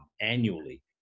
annually